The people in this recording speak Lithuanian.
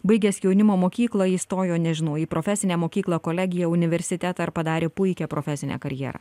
baigęs jaunimo mokyklą įstojo nežinau profesinę mokyklą kolegiją universitetą ar padarė puikią profesinę karjerą